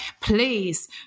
please